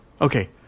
Okay